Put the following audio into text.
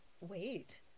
wait